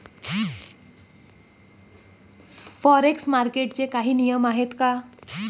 Forex मार्केटचे काही नियम आहेत का?